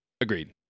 Agreed